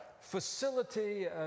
facility